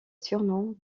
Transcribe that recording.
surnom